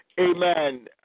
amen